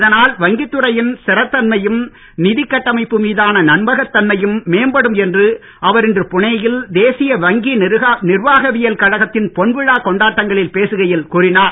இதனால் வங்கித்துறையின் ஸ்திரத் தன்மையும் நிதிக்கட்டமைப்பு மீதான நம்பகத் தன்மையும் மேம்படும் என்று அவர் இன்று புனேயில் தேசிய வங்கி நிர்வாகவியல் கழகத்தின் பொன்விழா கொண்டாட்டங்களில் பேசுகையில் கூறினார்